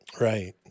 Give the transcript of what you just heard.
Right